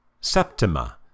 Septima